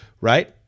right